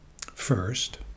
First